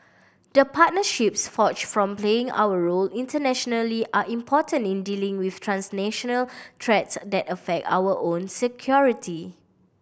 the partnerships forged from playing our role internationally are important in dealing with transnational threats that affect our own security